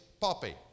Poppy